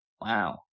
Wow